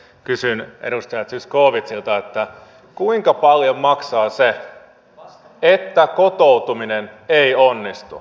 kysyn edustaja zyskowiczilta kuinka paljon maksaa se että kotoutuminen ei onnistu